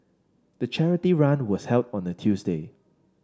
the charity run was held on a Tuesday